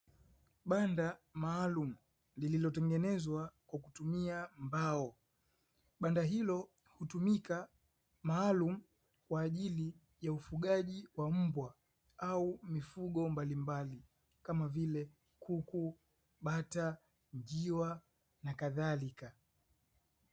Banda maalumu lililotengenezwa kwa kutumia mbao. Banda hilo hutumika maalum kwa ajili ya ufugaji wa mbwa, au mifugo mbalimbali kama vile kuku, bata, njiwa, na kadhalika.